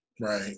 Right